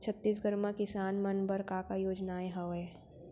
छत्तीसगढ़ म किसान मन बर का का योजनाएं हवय?